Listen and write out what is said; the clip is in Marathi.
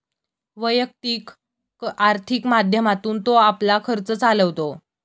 वैयक्तिक आर्थिक माध्यमातून तो आपला खर्च चालवतो